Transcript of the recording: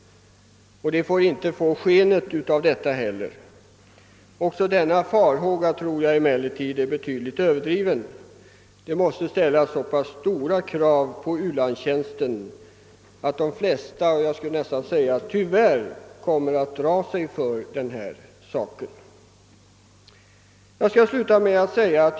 Det får inte ha sken av detta heller. Även denna farhåga tror jag emellertid är betydligt överdriven. Det måste ställas så pass stora krav på u-landstjänsten att de flesta — jag är nästan frestad att säga tyvärr — kommer att dra sig för att söka sådan tjänst.